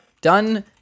Done